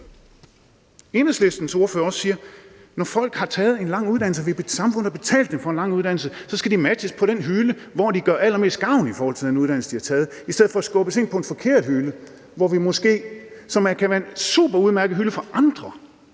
Enhedslistens ordfører også siger: Når folk har taget en lang uddannelse og samfundet har betalt dem for at tage en lang uddannelse, skal de matches med den hylde, hvor de gør allermest gavn i forhold til den uddannelse, de har taget, i stedet for at blive skubbet ind på en forkert hylde, som kan være en super udmærket hylde for andre.